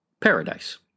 Paradise